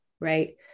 right